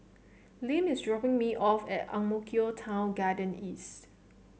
Lim is dropping me off at Ang Mo Kio Town Garden East